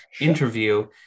interview